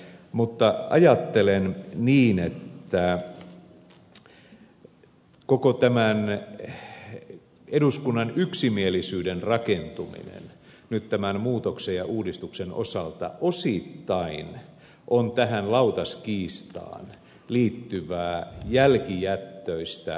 mutta ajattelen niin että koko tämän eduskunnan yksimielisyyden rakentuminen nyt tämän muutoksen ja uudistuksen osalta osittain on tähän lautaskiistaan liittyvää jälkijättöistä kädenvääntöä